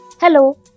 Hello